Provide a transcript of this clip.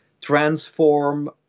transform